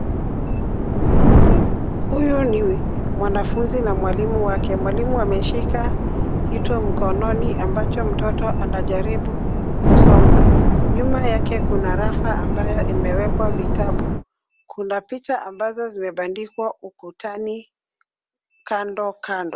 Huyu ni mwanafunzi na mwalimu wake. Mwalimu ameshika kitu mkononi ambacho mtoto anajaribu kusoma. Nyuma yake kuna rafu ambayo imewekwa vitabu. Kuna picha ambazo zimebandikwa ukutani kando kando.